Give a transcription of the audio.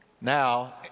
now